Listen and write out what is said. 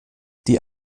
die